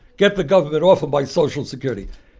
get the government off of my social security.